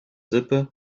sippe